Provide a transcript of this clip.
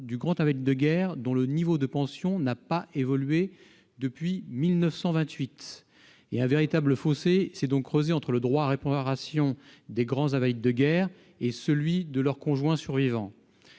de grands invalides de guerre : le niveau de leurs pensions n'a pas évolué depuis 1928. Un véritable fossé s'est donc creusé entre le droit à réparation des grands invalides de guerre et celui de leurs conjoints survivants.